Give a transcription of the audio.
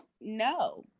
No